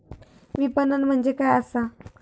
विपणन म्हणजे काय असा?